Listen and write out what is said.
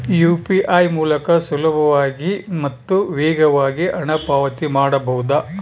UPI ಮೂಲಕ ಸುಲಭವಾಗಿ ಮತ್ತು ವೇಗವಾಗಿ ಹಣ ಪಾವತಿ ಮಾಡಬಹುದಾ?